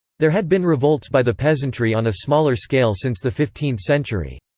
there had been revolts by the peasantry on a smaller scale since the fifteenth century.